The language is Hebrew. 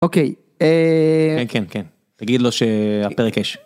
אוקיי כן כן כן תגיד לו שהפרק יש.